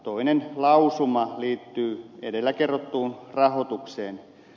toinen lausuma liittyy edellä kerrottuun rahoitukseen